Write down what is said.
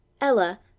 Ella